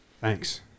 Thanks